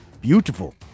beautiful